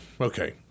Okay